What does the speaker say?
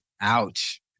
Ouch